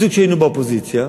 קיצצו כשהיינו באופוזיציה,